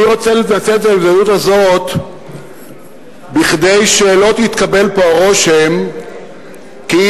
אני רוצה לנצל את ההזדמנות הזאת כדי שלא יתקבל פה הרושם כאילו